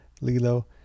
Lilo